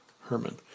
Herman